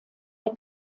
der